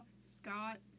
Scott